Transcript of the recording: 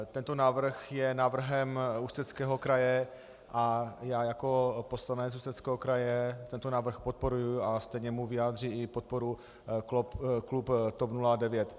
Tento návrh je návrhem Ústeckého kraje a já jako poslanec Ústeckého kraje tento návrh podporuji a stejně mu vyjádří podporu i klub TOP 09.